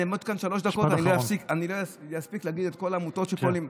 אני אעמוד כאן שלוש דקות ואני לא אספיק להגיד את כל העמותות שפועלות.